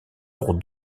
pour